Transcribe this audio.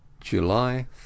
July